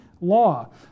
law